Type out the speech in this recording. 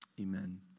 Amen